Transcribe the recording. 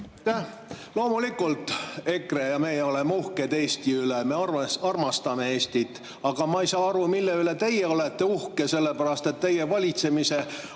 Loomulikult, EKRE ja meie oleme uhked Eesti üle, me armastame Eestit. Aga ma ei saa aru, mille üle teie olete uhke, sellepärast et teie valitsemise